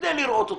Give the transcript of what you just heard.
כדי לראות אותן.